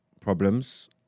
problems